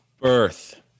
birth